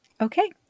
Okay